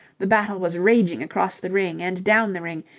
the battle was raging across the ring and down the ring,